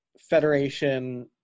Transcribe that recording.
Federation